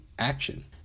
action